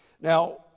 Now